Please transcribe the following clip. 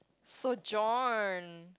so John